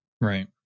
Right